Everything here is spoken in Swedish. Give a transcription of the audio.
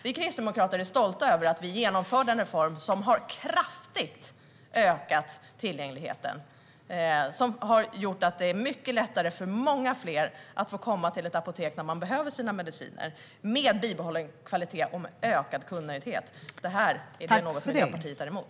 Vi kristdemokrater är stolta över att vi har genomfört en reform som kraftigt har ökat tillgängligheten och gjort det mycket lättare för många fler att komma till ett apotek när de behöver sina mediciner, med bibehållen kvalitet och med ökad kundnöjdhet. Är detta något som Miljöpartiet är emot?